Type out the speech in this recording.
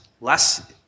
less